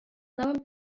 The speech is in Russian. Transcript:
новым